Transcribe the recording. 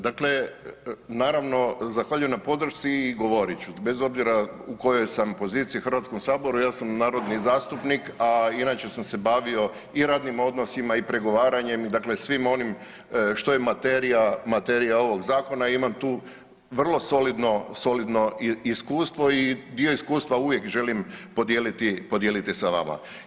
Dakle, naravno zahvaljujem na podršci i govorit ću, bez obzira u kojoj sam poziciji u Hrvatskom saboru, ja sam narodni zastupnik a inače sam se bavio i radnim odnosima i pregovaranjem, dakle svim onim što je materija ovog zakona i imam tu vrlo solidno iskustvo i dio iskustva uvijek želim podijeliti sa vama.